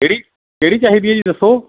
ਕਿਹੜੀ ਕਿਹੜੀ ਚਾਹੀਦੀ ਹੈ ਜੀ ਦੱਸੋ